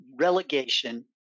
relegation